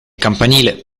campanile